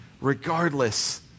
regardless